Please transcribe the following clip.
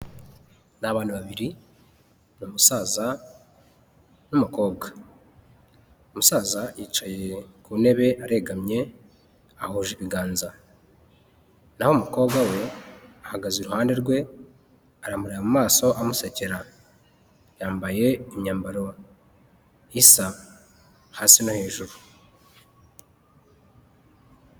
Ni abantu babiri, umusaza n'umukobwa. Umusaza yicaye ku ntebe, aregamye ahuje ibiganza. Naho umukobwa we, ahagaze iruhande rwe aramureba mu maso amusekera, yambaye imyambaro isa, hasi no hejuru.